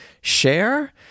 share